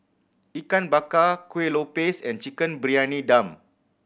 Ikan Bakar Kueh Lopes and Chicken Briyani Dum